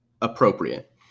appropriate